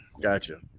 Gotcha